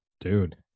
dude